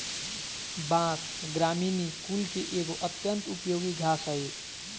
बाँस, ग्रामिनीई कुल के एगो अत्यंत उपयोगी घास हइ